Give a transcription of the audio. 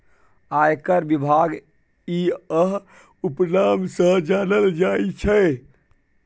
आयकर विभाग इएह उपनाम सँ जानल जाइत छै